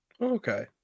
Okay